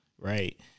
right